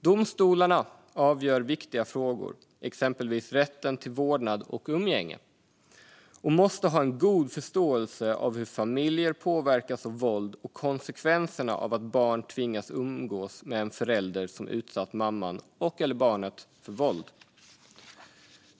Domstolarna avgör viktiga frågor, exempelvis rätten till vårdnad och umgänge, och måste ha en god förståelse för hur familjer påverkas av våld och av konsekvenserna av att barn tvingas umgås med en förälder som utsatt mamman och/eller barnet för våld.